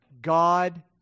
God